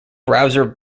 browser